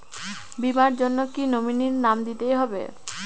বীমার জন্য কি নমিনীর নাম দিতেই হবে?